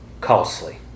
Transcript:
costly